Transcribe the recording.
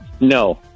No